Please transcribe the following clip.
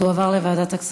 ההצעה תועבר לוועדת הכספים.